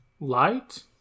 light